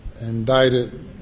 indicted